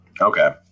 Okay